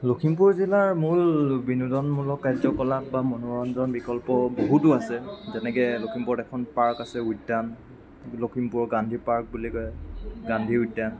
লখিমপুৰ জিলাৰ মূল বিনোদনমূলক কাৰ্যকলাপ বা মনোৰঞ্জন বিকল্প বহুতো আছে যেনেকৈ লখিমপুৰত এখন পাৰ্ক আছে উদ্যান লখিমপুৰৰ গান্ধী পাৰ্ক বুলি কয় গান্ধী উদ্যান